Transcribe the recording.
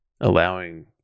allowing